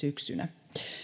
syksynä